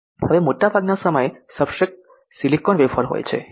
હવે મોટાભાગના સમયે સબસ્ટ્રેટ સિલિકોન વેફર હોય છે એમ